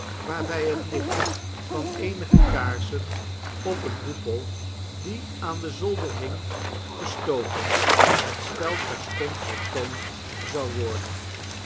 bij het licht van eenige kaarsen op een hoepel die aan den zolder hing gestoken het spel terstond vertoond zou worden